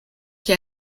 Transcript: qui